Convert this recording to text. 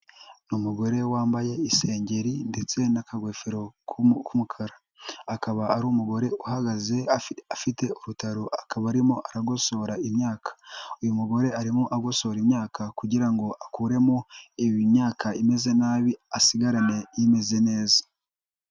Ni umugore wambaye isengeri ndetse n'akagofero k'umukara, akaba ari umugore uhagaze afite urutaro akaba arimo aragosora imyaka, uyu mugore arimo agosora imyaka kugira ngo akuremo imyaka imeze nabi, asigarane imeze neza.